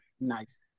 nice